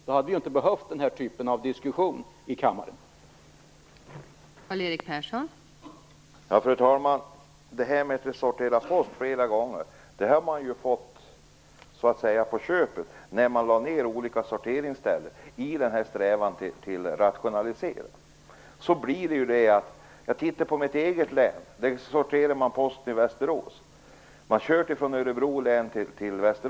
Då hade vi inte behövt föra denna typ av diskussion i kammaren.